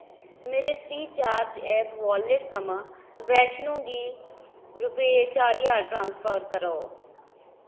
मेरे Freecharge app wallet थमां वैश्णो गी रपे चार ज्हार ट्रांसफर करो